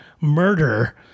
Murder